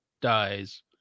dies